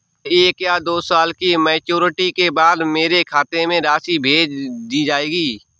क्या एक या दो साल की मैच्योरिटी के बाद मेरे खाते में राशि भेज दी जाएगी?